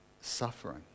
suffering